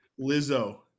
Lizzo